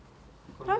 ya